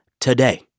today